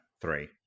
three